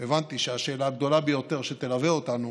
הבנתי שהשאלה הגדולה ביותר שתלווה אותנו